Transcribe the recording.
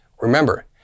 Remember